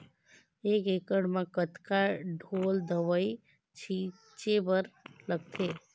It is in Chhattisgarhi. एक एकड़ म कतका ढोल दवई छीचे बर लगथे?